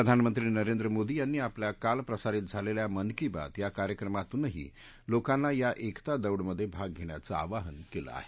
प्रधानमंत्री नरेंद्र मोदी यांनी आपल्या काल प्रसारित झालेल्या मन की बात या कार्यक्रमातूनही लोकांना या एकता दौडमध्ये भाग घेण्याचं आवाहन केलं आहे